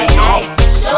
Show